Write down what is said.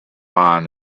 mind